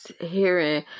hearing